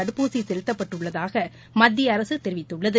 தடுப்பூசிசெலுத்தப்பட்டுள்ளதாகமத்தியஅரசுதெரிவித்துள்ளது